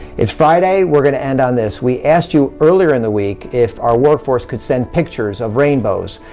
it's friday, we're gonna end on this. we asked you earlier in the week if our workforce could send pictures of rainbows.